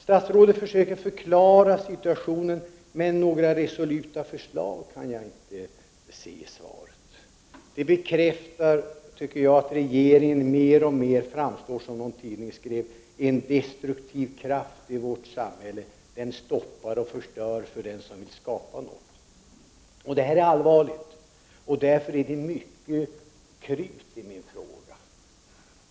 Statsrådet försöker förklara situationen, men några resoluta förslag kan jag inte finna i svaret. Detta tycker jag bekräftar vad en tidning skrev, nämligen att regeringen mer och mer framstår som en destruktiv kraft i vårt samhälle, en kraft som stoppar och förstör för den som vill skapa någonting. Det här är allvarligt, och därför är det mycket krut i min fråga.